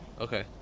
okay